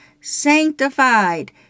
sanctified